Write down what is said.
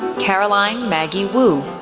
caroline maggie wu,